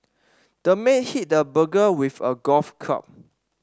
the man hit the burglar with a golf club